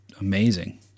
Amazing